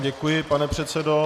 Děkuji vám, pane předsedo.